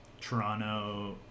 Toronto